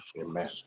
amen